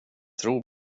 tror